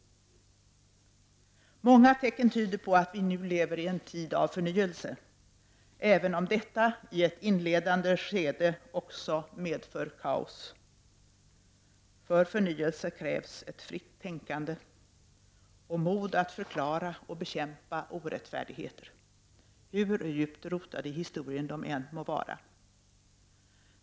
Många tecken tyder på att vi nu lever i en tid av förnyelse, även om detta i ett inledande skede också medför kaos. För förnyelse krävs ett fritt tänkande och mod att förklara och bekämpa orättfärdigheter hur djupt rotade i historien de än må vara.